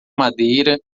madeira